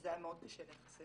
וזה היה מאוד קשה להיחשף.